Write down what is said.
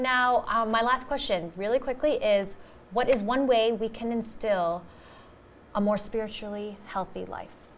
now my last question really quickly is what is one way we can instill a more spiritually healthy life